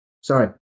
Sorry